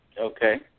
Okay